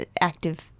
active